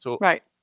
Right